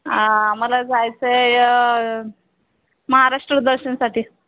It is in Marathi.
आम्हाला जायचंय महाराष्ट्र दर्शनसाठी